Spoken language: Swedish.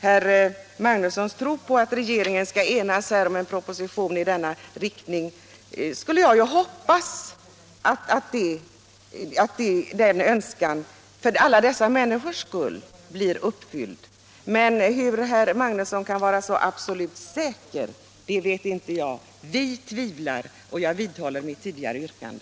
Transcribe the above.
Jag hoppas, för alla dessa människors skull, att herr Magnussons tro på och önskan att regeringen skall enas om en proposition i denna riktning blir uppfylld. Men hur herr Magnusson kan vara så absolut säker vet inte jag. Vi tvivlar, och jag vidhåller mitt tidigare yrkande.